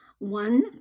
one